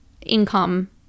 income